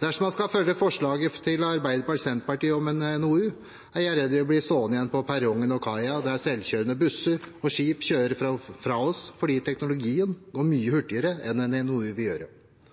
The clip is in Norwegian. Dersom man skal følge Arbeiderpartiet og Senterpartiets forslag om en NOU, er jeg redd vi blir stående igjen på perrongen og kaien, der selvkjørende busser og skip kjører fra oss fordi teknologien går mye hurtigere enn en NOU vil gjøre.